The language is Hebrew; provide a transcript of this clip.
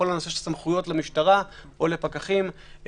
סמכויות למשטרה או לפקחים,